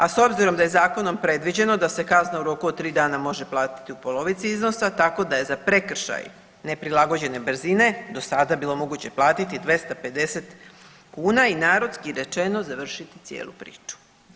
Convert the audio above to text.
A s obzirom da je zakonom predviđeno da se kazna u roku od tri dana može platiti u polovici iznosa, tako da je za prekršaj neprilagođene brzine do sada bilo moguće platiti 250 kuna i narodski rečeno završiti cijelu priču.